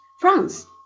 France